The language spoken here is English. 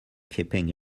keeping